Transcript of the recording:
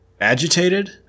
agitated